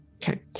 Okay